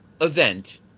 event